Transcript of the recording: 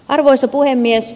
arvoisa puhemies